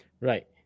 Right